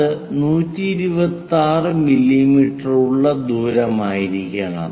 അത് 126 മില്ലീമീറ്ററുള്ള ദൂരമായിരിക്കണം